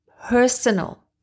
personal